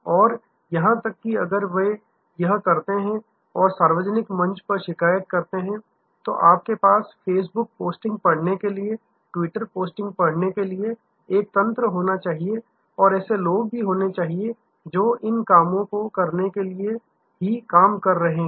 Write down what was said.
और यहां तक कि अगर वे यह करते हैं और सार्वजनिक मंच पर शिकायत करते हैं तो आपके पास फेसबुक पोस्टिंग पढ़ने के लिए ट्विटर पोस्टिंग पढ़ने के लिए एक तंत्र होना चाहिए और ऐसे लोग भी होने चाहिए जो इन कामों को करने के लिए ही काम कर रहे हैं